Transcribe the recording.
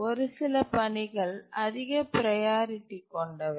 ஒரு சில பணிகள் அதிக ப்ரையாரிட்டி கொண்டவை